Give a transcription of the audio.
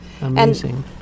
Amazing